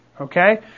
okay